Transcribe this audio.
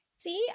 See